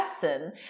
person